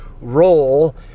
role